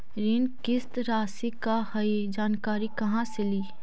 ऋण किस्त रासि का हई जानकारी कहाँ से ली?